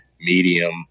medium